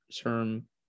term